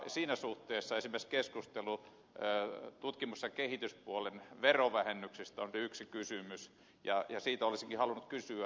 siinä suhteessa esimerkiksi keskustelu tutkimus ja kehityspuolen verovähennyksistä on yksi kysymys ja siitä olisinkin halunnut kysyä